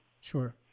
Sure